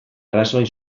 arrazoi